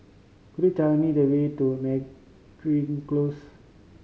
could you tell me the way to Meragi Close